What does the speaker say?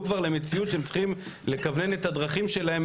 כבר למציאות שהם צריכים לכוון את הדרכים שלהם,